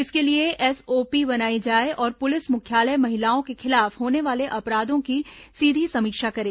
इसके लिए एसओपी बनाई जाए और पुलिस मुख्यालय महिलाओं के खिलाफ होने वाले अपराधों की सीधे समीक्षा करे